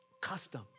Custom